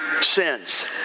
Sins